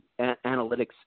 analytics